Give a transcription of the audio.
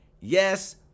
Yes